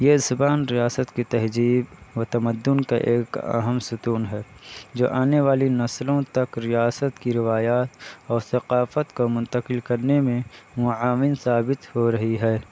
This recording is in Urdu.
یہ زبان ریاست کی تہذیب و تمدن کا ایک اہم ستون ہے جو آنے والی نسلوں تک ریاست کی روایات اور ثقافت کو منتقل کرنے میں معاون ثابت ہو رہی ہے